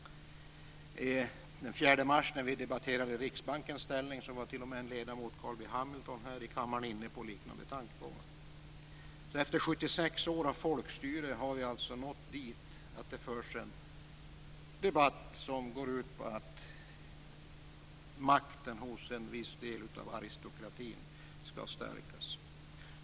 Den 4 mars när vi debatterade Hamilton, här i kammaren inne på liknande tankegångar. Efter 76 år av folkstyre har vi alltså nått dithän att det förs en debatt som går ut på att makten hos en viss del av aristokratin skall stärkas.